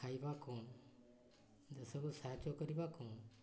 ଖାଇବା କ'ଣ ଯେସବୁ ସାହାଯ୍ୟ କରିବା କ'ଣ